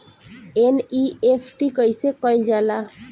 NEFT कइसे कइल जाला?